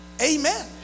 Amen